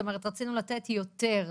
כלומר רצינו לתת יותר.